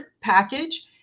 package